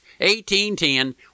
1810